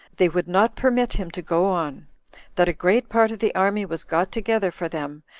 they would not permit him to go on that a great part of the army was got together for them,